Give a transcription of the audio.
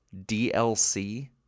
DLC